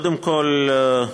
קודם כול,